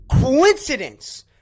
Coincidence